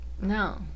No